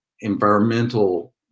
environmental